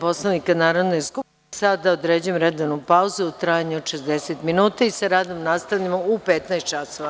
Poslovnika Narodne skupštine, sada određujem redovnu pauzu u trajanju od 60 minuta i sa radom nastavljamo u 15,00 časova.